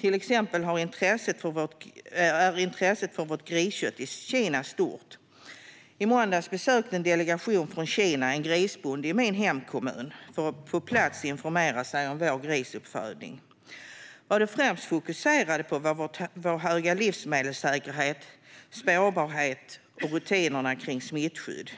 Till exempel är intresset för vårt griskött stort i Kina. I måndags besökte en delegation från Kina en grisbonde i min hemkommun för att på plats informera sig om vår grisuppfödning. De fokuserade främst på vår höga livsmedelssäkerhet, spårbarhet och rutinerna för smittskydd.